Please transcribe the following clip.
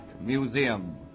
Museum